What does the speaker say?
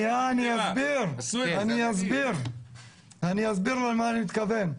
אני אסביר למה אני מתכוון: